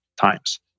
times